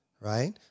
right